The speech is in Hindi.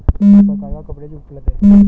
किस प्रकार का कवरेज उपलब्ध है?